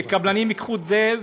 שקבלנים ייקחו אותה,